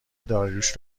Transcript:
داریوش